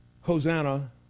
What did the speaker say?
Hosanna